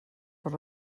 per